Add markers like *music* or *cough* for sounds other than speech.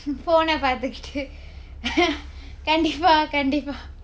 phone பார்த்துகிட்டு:paarthukittu *noise* கண்டிப்பா கண்டிப்பா:kanndippaa kanndippaa